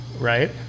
right